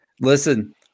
listen